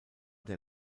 der